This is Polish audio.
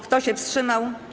Kto się wstrzymał?